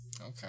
Okay